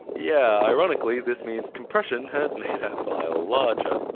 yeah ironically this means compression has made our file larger.